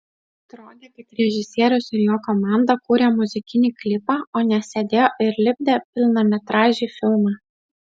atrodė kad režisierius ir jo komanda kūrė muzikinį klipą o ne sėdėjo ir lipdė pilnametražį filmą